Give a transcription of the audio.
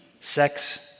sex